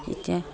এতিয়া